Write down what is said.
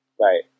Right